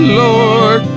lord